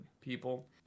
people